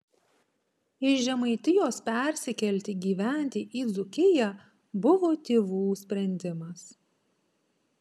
iš žemaitijos persikelti gyventi į dzūkiją buvo tėvų sprendimas